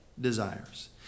desires